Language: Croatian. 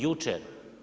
Jučer.